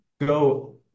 go